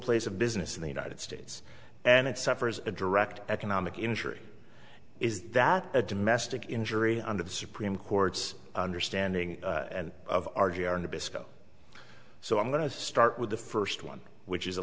place of business in the united states and it suffers a direct economic injury is that a domestic injury under the supreme court's understanding of r g r nabisco so i'm going to start with the first one which is a